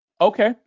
Okay